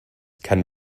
can